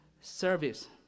service